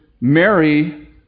Mary